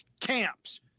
camps